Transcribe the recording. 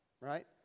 right